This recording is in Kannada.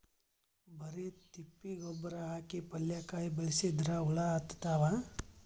ಬರಿ ತಿಪ್ಪಿ ಗೊಬ್ಬರ ಹಾಕಿ ಪಲ್ಯಾಕಾಯಿ ಬೆಳಸಿದ್ರ ಹುಳ ಹತ್ತತಾವ?